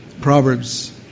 Proverbs